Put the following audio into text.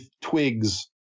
twigs